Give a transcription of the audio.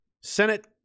Senate